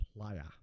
player